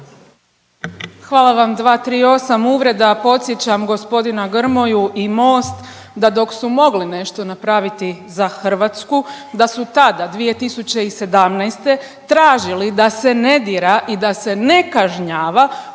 Hvala vam. 238., uvreda, podsjećam g. Grmoju i Most da dok su mogli nešto napraviti za Hrvatsku da su tada 2017. tražili da se ne dira i da se ne kažnjava